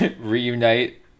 reunite